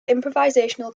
improvisational